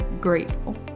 grateful